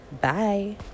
Bye